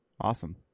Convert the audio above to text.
awesome